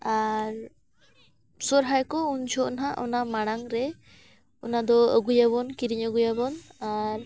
ᱟᱨ ᱥᱚᱦᱚᱨᱟᱭ ᱠᱚ ᱩᱱ ᱡᱚᱦᱚᱜ ᱱᱟᱦᱟᱜ ᱚᱱᱟ ᱢᱟᱲᱟᱝ ᱨᱮ ᱚᱱᱟ ᱫᱚ ᱟᱹᱜᱩᱭᱟᱵᱚᱱ ᱠᱤᱨᱤᱧ ᱟᱹᱜᱩᱭᱟᱵᱚᱱ ᱟᱨ